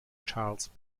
charles